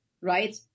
Right